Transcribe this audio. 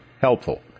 helpful